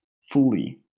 fully